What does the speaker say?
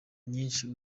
nyinshi